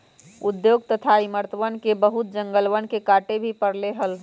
उद्योग तथा इमरतवन ला बहुत जंगलवन के काटे भी पड़ले हल